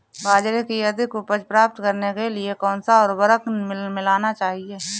बाजरे की अधिक उपज प्राप्त करने के लिए कौनसा उर्वरक मिलाना चाहिए?